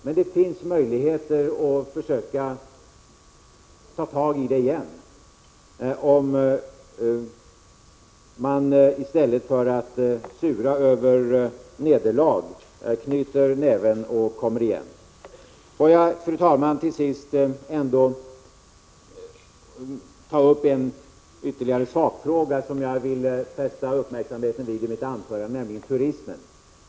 Men det finns möjlighet att ta tag i den igen, om man i stället för att sura över nederlag knyter näven och kommer igen. Får jag, fru talman, till slut ta upp ytterligare en sakfråga som jag ville fästa uppmärksamheten vid i mitt anförande, nämligen turismen.